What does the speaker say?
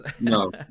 No